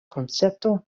koncepto